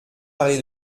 parlé